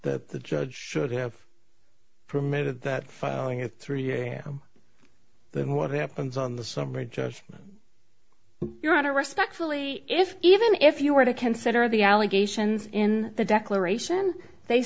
that the judge should have permitted that filing at three am then what happens on the summer just your honor respectfully if even if you were to consider the allegations in the declaration they